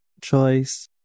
Choice